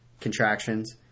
contractions